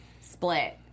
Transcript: split